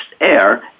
air